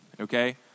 okay